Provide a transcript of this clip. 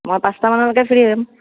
মই পাঁচটা মানলৈকে ফ্ৰী হ'ম